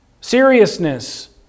Seriousness